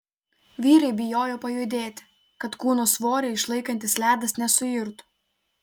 vyrai bijojo pajudėti kad kūno svorį išlaikantis ledas nesuirtų